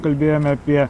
kalbėjome apie